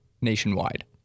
nationwide